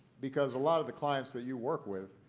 because a lot of the client that you work with,